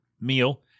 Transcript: meal